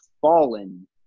fallen